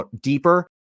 deeper